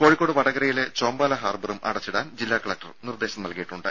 കോഴിക്കോട് വടകരയിലെ ചോമ്പാല ഹാർബറും അടച്ചിടാൻ ജില്ലാ കലക്ടർ നിർദ്ദേശം നൽകിയിട്ടുണ്ട്